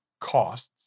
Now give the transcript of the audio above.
costs